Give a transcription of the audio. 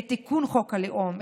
תיקון חוק הלאום,